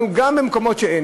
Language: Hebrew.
אנחנו, גם במקומות שאין.